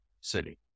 city